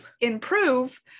improve